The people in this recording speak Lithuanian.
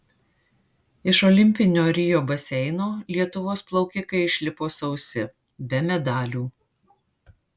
iš olimpinio rio baseino lietuvos plaukikai išlipo sausi be medalių